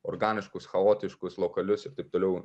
organiškus chaotiškus lokalius ir taip toliau